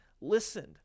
listened